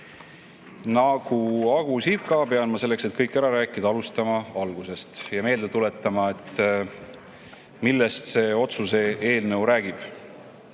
Nagu Agu Sihvka pean ma selleks, et kõik ära rääkida, alustama algusest ja meelde tuletama, millest see otsuse eelnõu räägib,